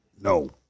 no